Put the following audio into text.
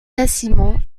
quasiment